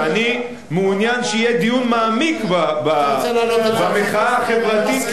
ואני מעוניין שיהיה דיון מעמיק במחאה החברתית,